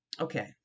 okay